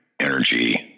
energy